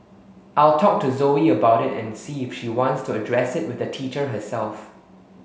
I'll talk to Zoe about it and see if she wants to address it with the teacher herself